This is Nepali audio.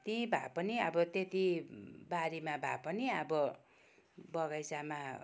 त्यहीँ भए पनि अब त्यति बारीमा भए पनि अब बगैँचामा